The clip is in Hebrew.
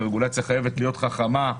ורגולציה חייבת להיות חכמה,